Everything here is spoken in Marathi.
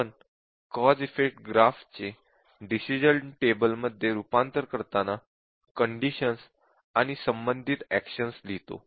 आपण कॉझ इफेक्ट ग्राफ चे डिसिश़न टेबल मध्ये रूपांतर करताना कंडिशन्स आणि संबंधित एक्शनस लिहितो